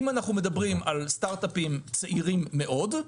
אם אנחנו מדברים על סטארטאפים צעירים מאוד,